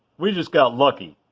we just got lucky.